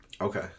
okay